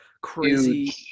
crazy